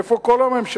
איפה כל הממשלה?